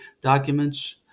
documents